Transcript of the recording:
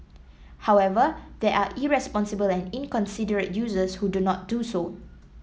however there are irresponsible and inconsiderate users who do not do so